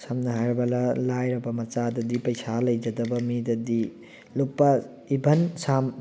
ꯁꯝꯅ ꯍꯥꯏꯔꯕꯗ ꯂꯥꯏꯔꯕ ꯃꯆꯥꯗꯗꯤ ꯄꯩꯁꯥ ꯂꯩꯖꯗꯕ ꯃꯤꯗꯗꯤ ꯂꯨꯄꯥ ꯏꯚꯟ ꯁꯝ